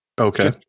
Okay